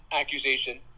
accusation